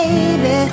Baby